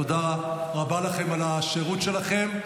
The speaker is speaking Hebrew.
תודה רבה לכם על השירות שלכם.